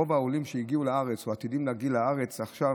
רוב העולים שהגיעו לארץ או עתידים להגיע לארץ עכשיו,